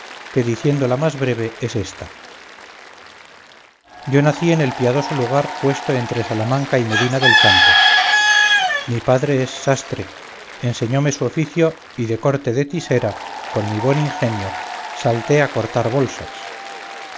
que diciéndola más breve es ésta yo nací en el piadoso lugar puesto entre salamanca y medina del campo mi padre es sastre enseñóme su oficio y de corte de tisera con mi buen ingenio salté a cortar bolsas